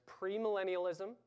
premillennialism